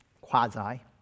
quasi